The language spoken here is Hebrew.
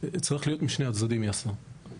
צריך להיות משני הצדדים, יאסר.